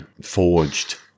forged